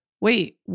wait